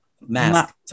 Mask